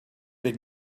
that